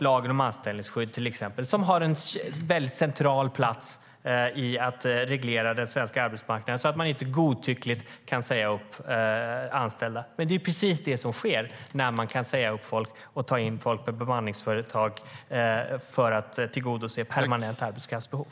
Lagen om anställningsskydd, till exempel, som har en väldigt central roll i att reglera den svenska arbetsmarknaden så att man inte godtyckligt kan säga upp anställda. Men det är precis det som sker när man kan säga upp folk och ta in folk från bemanningsföretag för att tillgodose ett permanent arbetskraftsbehov.